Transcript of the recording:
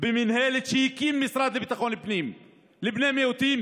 במינהלת שהקים המשרד לביטחון הפנים לבני מיעוטים,